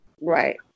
Right